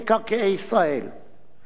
את חוק-יסוד: נשיא המדינה,